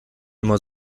immer